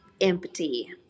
empty